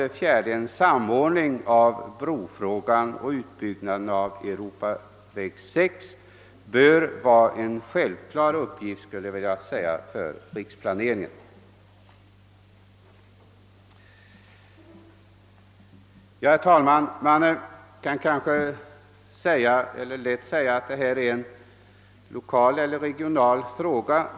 En samordning av lösningen av brofrågan och utbyggnaden av Europaväg 6 bör alltså vara en självklar uppgift för riksplaneringen. Herr talman! Det kan måhända synas som om detta är en lokal eller regional fråga.